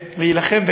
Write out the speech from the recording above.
להילחם,